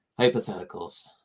hypotheticals